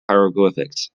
hieroglyphics